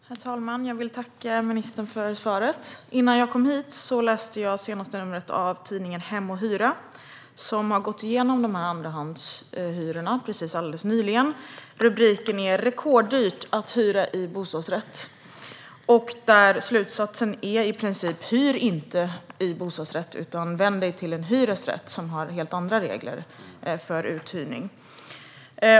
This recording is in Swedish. Herr talman! Jag vill tacka ministern för svaret. Innan jag kom hit läste jag senaste numret av tidningen Hem & Hyra som nyligen har gått igenom andrahandshyrorna. Rubriken är "Rekorddyrt att hyra bostadsrätt", och slutsatsen är i princip: Hyr inte en bostadsrätt! Sök dig i stället till en hyresrätt som har helt andra regler för uthyrning.